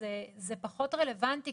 זה פחות רלוונטי,